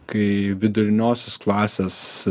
kai viduriniosios klasės